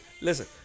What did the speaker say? Listen